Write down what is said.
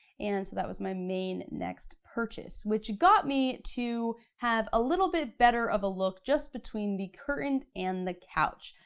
and so that was my main next purchase which got me to have a little bit better of a look just between the curtain and the couch.